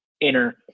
inner